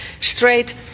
straight